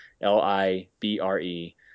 L-I-B-R-E